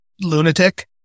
lunatic